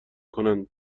کنند